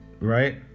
right